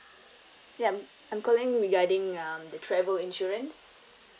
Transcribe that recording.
ya I'm calling regarding um the travel insurance